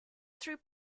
through